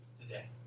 today